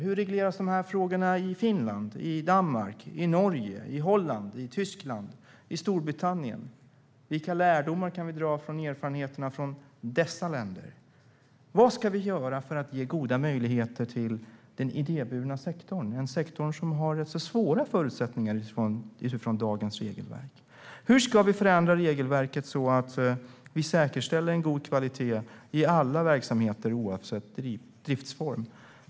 Hur regleras detta i Finland, Danmark, Norge, Holland, Tyskland och Storbritannien? Vilka lärdomar kan vi dra av deras erfarenheter? Vad ska vi göra för att ge goda möjligheter till den idéburna sektorn? Det är en sektor som har ganska svåra förutsättningar med dagens regelverk. Hur ska vi förändra regelverket så att vi säkerställer en god kvalitet i alla verksamheter oavsett driftsform?